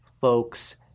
folks